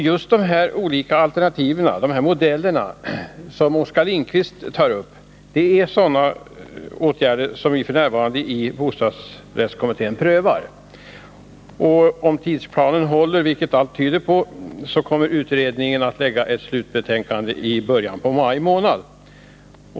Just de olika modeller som Oskar Lindkvist tar upp är åtgärder som vi f. n. prövar i bostadsrättskommittén. Om tidsplanen håller, vilket allt tyder på, kommer utredningen att lägga fram sitt slutbetänkande i början på maj månad.